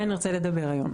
עליהן נרצה לדבר היום.